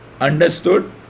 understood